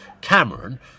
Cameron